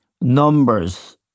numbers